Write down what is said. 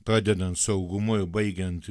pradedant saugumu ir baigiant